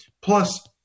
Plus